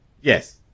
Yes